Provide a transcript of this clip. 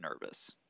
nervous